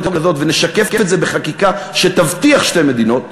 הזאת ונשקף את זה בחקיקה שתבטיח שתי מדינות,